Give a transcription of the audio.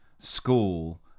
School